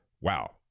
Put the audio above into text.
wow